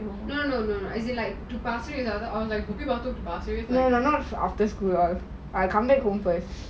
no no not after school I come back home first